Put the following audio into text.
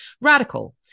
Radical